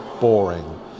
boring